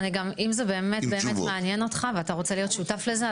אם זה באמת באמת מעניין אותך ואתה רוצה להיות שותף לזה,